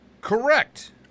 Correct